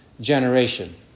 generation